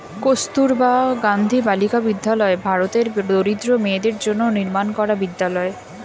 কস্তুরবা গান্ধী বালিকা বিদ্যালয় ভারতের দরিদ্র মেয়েদের জন্য নির্মাণ করা বিদ্যালয়